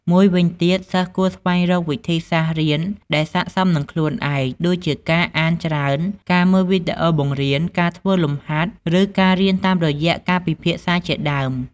មួយវិញទៀត សិស្សគួរស្វែងរកវិធីសាស្រ្តរៀនដែលស័ក្តិសមនឹងខ្លួនឯង ដូចជាការអានច្រើន ការមើលវីដេអូបង្រៀន ការធ្វើលំហាត់ ឬការរៀនតាមរយៈការពិភាក្សាជាដើម។